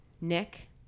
Nick